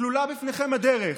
סלולה בפניכם הדרך.